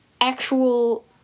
actual